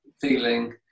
feeling